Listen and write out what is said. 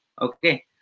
Okay